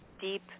deep